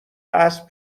اسب